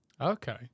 Okay